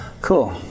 Cool